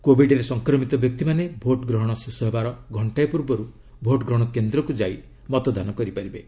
କୋବିଡରେ ସଂକ୍ରମିତ ବ୍ୟକ୍ତିମାନେ ଭୋଟ ଗ୍ରହଣ ଶେଷ ହେବାର ଘଣ୍ଟାଏ ପୂର୍ବରୁ ଭୋଟ୍ ଗ୍ରହଣ କେନ୍ଦ୍ରକୁ ଯାଇ ମତଦାନ କରିପାରିବେ